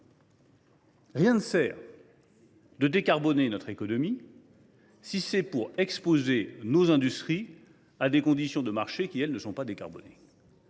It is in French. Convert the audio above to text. Rien ne sert de décarboner notre économie si l’on doit exposer nos industries à des conditions de marché qui, elles, ne visent pas cet